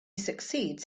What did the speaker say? succeeds